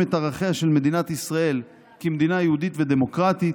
את ערכיה של מדינת ישראל כמדינה יהודית ודמוקרטית,